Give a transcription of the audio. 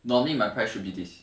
normally my price should be this